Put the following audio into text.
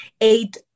eight